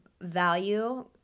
value